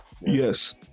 yes